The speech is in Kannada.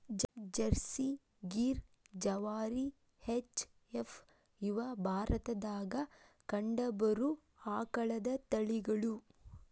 Jersey, Gir, Jawari, H F, ಇವ ಭಾರತದಾಗ ಕಂಡಬರು ಆಕಳದ ತಳಿಗಳು